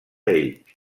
ells